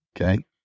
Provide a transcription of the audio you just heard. Okay